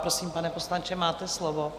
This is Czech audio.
Prosím, pane poslanče, máte slovo.